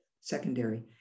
secondary